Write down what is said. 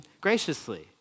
graciously